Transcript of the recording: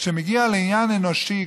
כשמגיע לעניין אנושי,